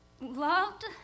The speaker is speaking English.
loved